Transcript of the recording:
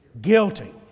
guilty